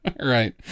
Right